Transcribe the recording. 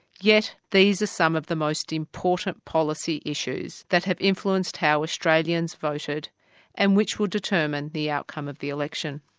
yet these are some of the most important policy issues that have influenced how australians voted and which will determine the outcome of the election.